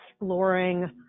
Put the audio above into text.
exploring